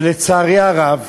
ולצערי הרב,